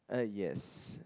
uh yes